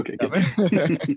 Okay